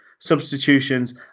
substitutions